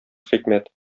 хикмәт